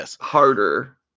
harder